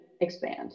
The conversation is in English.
expand